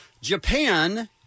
Japan